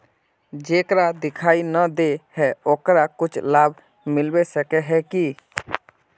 जेकरा दिखाय नय दे है ओकरा कुछ लाभ मिलबे सके है की?